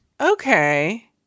Okay